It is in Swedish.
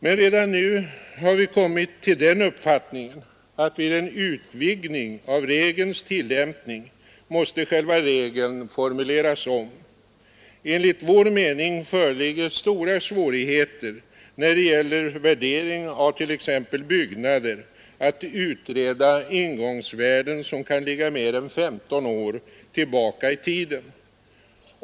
Men redan nu har vi kommit till den uppfattningen att vid en utvidgning av regelns tillämpning måste själva regeln formuleras om. Enligt vår mening föreligger stora svårigheter när det gäller värdering av t.ex. byggnader att utreda ingångsvärden, som kan ligga mer än 15 år tillbaka i tiden.